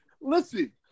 Listen